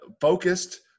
focused